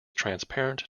transparent